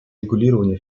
регулирование